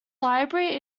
library